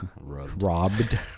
robbed